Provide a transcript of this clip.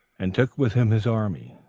and took with him his army,